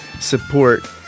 support